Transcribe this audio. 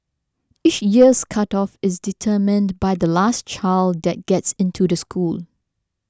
each year's cut off is determined by the last child that gets into the school